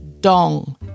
Dong